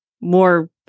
more